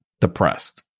depressed